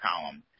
column